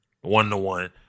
one-to-one